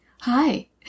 hi